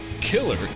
killer